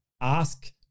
ask